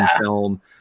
film